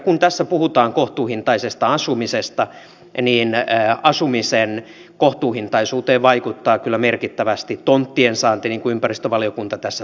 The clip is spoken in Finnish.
kun tässä puhutaan kohtuuhintaisesta asumisesta niin asumisen kohtuuhintaisuuteen vaikuttaa kyllä merkittävästi tonttien saanti niin kuin ympäristövaliokunta tässä toteaakin